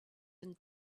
than